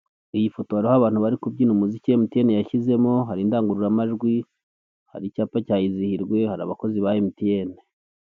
Iyi foto hariho abantu bari kubyina umuziki MTN yashyizemo, hari indangururamajwi, hari icyapa cya izihirwe, hari abakozi ba MTN.